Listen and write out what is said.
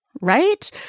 Right